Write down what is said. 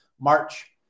March